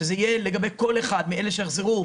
שזה יהיה לגבי כל אחד מאלה שיחזרו